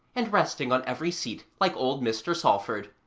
and resting on every seat like old mr. salford.